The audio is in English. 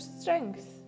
strength